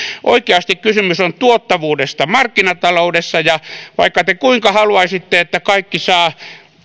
oikeasti kysymys on tuottavuudesta markkinataloudessa ja vaikka te kuinka haluaisitte että kaikki saavat